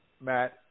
Matt